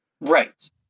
Right